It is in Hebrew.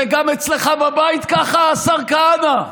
זה גם אצלך בבית ככה, השר כהנא?